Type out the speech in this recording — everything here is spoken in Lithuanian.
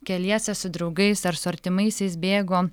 keliese su draugais ar su artimaisiais bėgo